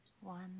One